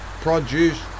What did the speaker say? Produce